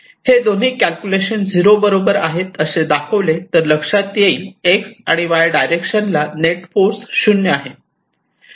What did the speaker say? हे दोन्ही कॅल्क्युलेशन 0 बरोबर आहे असे दाखविले तर लक्षात येईल X आणि Y डायरेक्शन ला नेट फोर्स 0 आहे